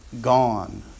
Gone